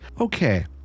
okay